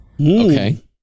okay